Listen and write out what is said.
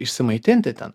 išsimaitinti ten